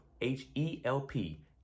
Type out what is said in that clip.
H-E-L-P